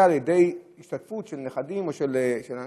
לידי השתתפות של נכדים או של אנשים.